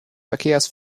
verkehrs